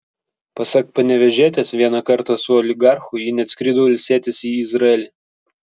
pasak panevėžietės vieną kartą su oligarchu ji net skrido ilsėtis į izraelį